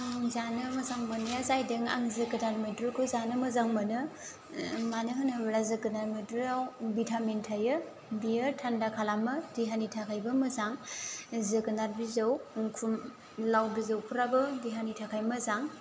आं जानो मोजां मोन्नाया जाहैदों आं जोगोनार मैद्रुखौ जानो मोजां मोनो मानो होनोब्ला जोगोनार मैद्रुवाव भिटामिन थायो बियो थान्दा खालामो देहानि थाखायबो मोजां जोगोनार बिजौ खुम लाव बिजौफ्राबो देहानि थाखाय मोजां